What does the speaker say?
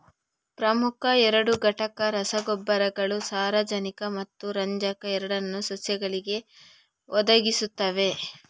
ಪ್ರಮುಖ ಎರಡು ಘಟಕ ರಸಗೊಬ್ಬರಗಳು ಸಾರಜನಕ ಮತ್ತು ರಂಜಕ ಎರಡನ್ನೂ ಸಸ್ಯಗಳಿಗೆ ಒದಗಿಸುತ್ತವೆ